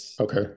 okay